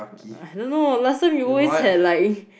I don't know last time we always had like